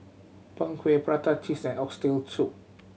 Png Kueh prata cheese and oxtail